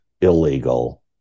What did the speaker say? illegal